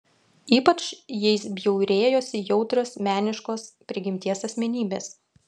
ypač jais bjaurėjosi jautrios meniškos prigimties asmenybės